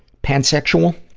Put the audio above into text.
pansexual,